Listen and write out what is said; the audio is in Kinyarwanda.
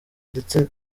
ndetse